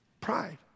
Pride